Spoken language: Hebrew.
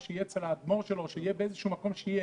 יהיה אצל האדמו"ר שלו או באיזה מקום שיהיה,